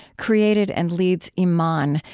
created and leads iman,